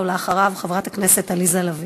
אחריו, חברת הכנסת עליזה לביא.